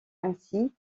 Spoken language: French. ainsi